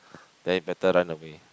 then better run away